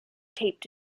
taped